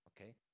Okay